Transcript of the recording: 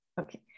okay